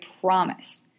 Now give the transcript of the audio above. promise